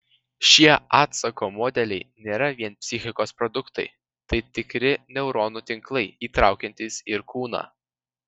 šie atsako modeliai nėra vien psichikos produktai tai tikri neuronų tinklai įtraukiantys ir kūną